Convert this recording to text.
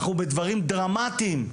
אנחנו בדברים דרמטיים.